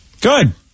Good